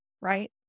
right